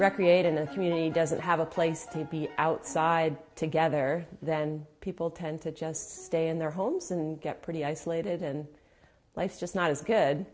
recreate in a community doesn't have a place to be outside together then people tend to just stay in their homes and get pretty isolated and life just not as good